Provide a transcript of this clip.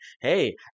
hey